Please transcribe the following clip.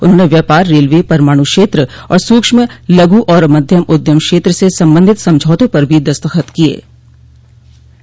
उन्होंने व्यापार रेलवे परमाणु क्षेत्र और सूक्ष्म लघु और मध्यम उद्यम क्षेत्र से संबंधित समझौतों पर भी दस्तखत किये